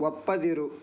ಒಪ್ಪದಿರು